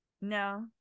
No